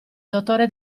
dottore